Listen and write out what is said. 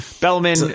Bellman